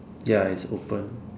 ya it's open